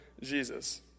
Jesus